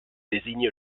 désigne